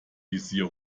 visier